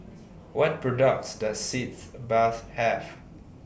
What products Does Sitz Bath Have